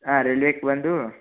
ಹಾಂ ರೈಲ್ವೆಗೆ ಬಂದು